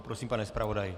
Prosím, pane zpravodaji.